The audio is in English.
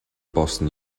boston